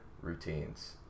routines